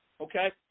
Okay